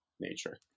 nature